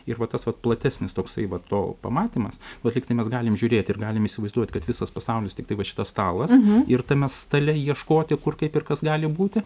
ir va tas vat platesnis toksai vat to pamatymas vat lygtai mes galim žiūrėti ir galim įsivaizduot kad visas pasaulis tiktai va visas pasaulis tiktai va šitas stalas ir tai mes stale ieškoti kur kaip ir kas gali būti